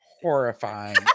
horrifying